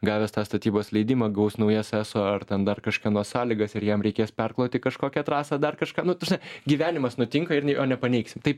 gavęs tą statybos leidimą gaus naujas eso ar ten dar kažkieno sąlygas ir jam reikės perkloti kažkokią trasą ar dar kažką nu ta prasme gyvenimas nutinka ir n jo nepaneigsi taip